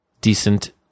decent